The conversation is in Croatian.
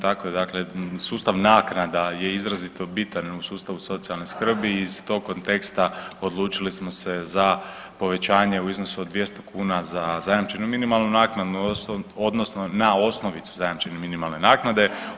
Tako dakle sustav naknada je izrazito bitan u sustavu socijalne skrbi i iz tog konteksta odlučili smo se za povećanje u iznosu od 200 kuna za zajamčenu minimalnu naknadu odnosno na osnovicu zajamčene minimalne naknade.